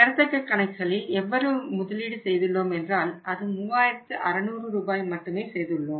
பெறத்தக்க கணக்குகளில் எவ்வளவு முதலீடு செய்துள்ளோம் என்றால் அது 3600 ரூபாய் மட்டுமே செய்துள்ளோம்